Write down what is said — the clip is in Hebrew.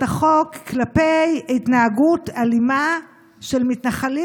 החוק כלפי התנהגות אלימה של מתנחלים,